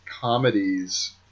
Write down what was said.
comedies